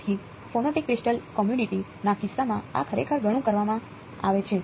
તેથી photonic crystal community ના કિસ્સામાં આ ખરેખર ઘણું કરવામાં આવે છે